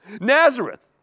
Nazareth